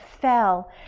fell